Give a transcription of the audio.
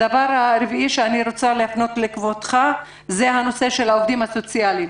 הדבר הרביעי שאני רוצה להפנות לכבודך הוא נושא העובדים הסוציאליים.